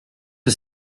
que